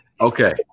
Okay